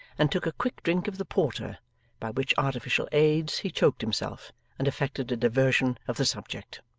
and took a quick drink of the porter by which artificial aids he choked himself and effected a diversion of the subject.